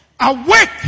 Awake